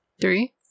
Three